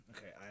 Okay